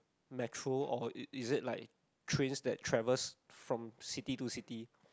metro or is it like trains that travels from city to city